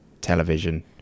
television